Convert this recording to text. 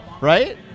right